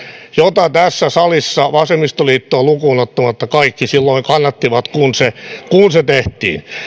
jota tässä salissa vasemmistoliittoa lukuun ottamatta kaikki silloin kannattivat kun se tehtiin